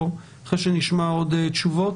או אחרי שנשמע עוד תשובות?